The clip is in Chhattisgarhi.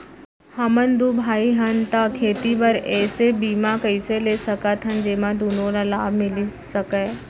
हमन दू भाई हन ता खेती बर ऐसे बीमा कइसे ले सकत हन जेमा दूनो ला लाभ मिलिस सकए?